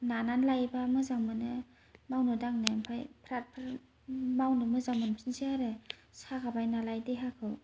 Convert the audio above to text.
नानानै लायोबा मोजां मोनो मावनो दांनो ओमफ्राय फ्रात फ्रित मावनो मोजां मोनफिनसै आरो सागाबाय नालाय देहाखौ